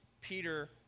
Peter